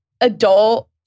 adult